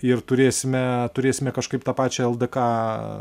ir turėsime turėsime kažkaip tą pačią ldk